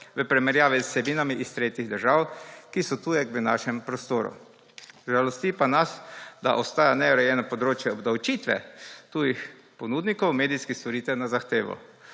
v primerjavi z vsebinami iz tretjih držav, ki so tujek v našem prostoru. Žalosti pa nas, da ostaja neurejeno področje obdavčitve tujih ponudnikov medijskih storitev na zahtevo.